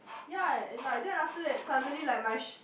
ya and like then after that suddenly like my shirt